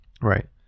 right